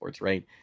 right